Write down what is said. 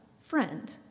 friend